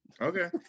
Okay